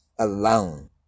alone